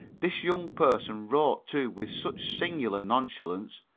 this young person wrote, too, with such singular nonchalance.